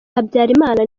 habyarimana